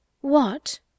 What